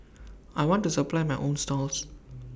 I want to supply my own stalls